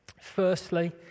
Firstly